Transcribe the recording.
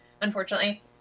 unfortunately